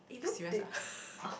serious ah